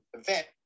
event